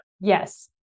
Yes